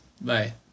Bye